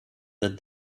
that